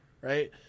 right